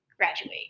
graduate